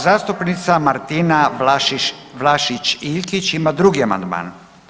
Zastupnica Martina Vlašić Iljkić ima drugi amandman.